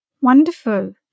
Wonderful